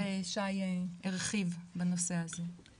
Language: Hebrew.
שי הרחיב בנושא הזה .